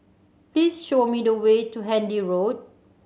please show me the way to Handy Road